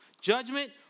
judgment